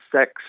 Sex